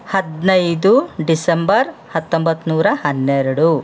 ಹದಿನೈದು ಡಿಸೆಂಬರ್ ಹತ್ತೊಂಬತ್ತು ನೂರ ಹನ್ನೆರಡು